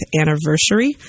anniversary